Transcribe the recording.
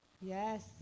Yes